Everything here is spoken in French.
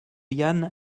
yann